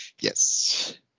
Yes